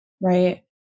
Right